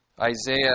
Isaiah